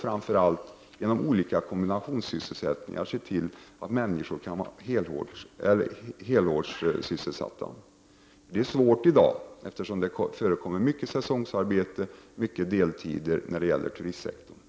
Framför allt måste man med hjälp av olika kombinationssysselsättningar se till att människor kan vara helårssysselsatta. Detta är svårt i dag, eftersom det förekommer mycket säsongsarbete och mycket deltidsarbete inom turistsektorn.